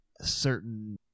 certain